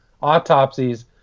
autopsies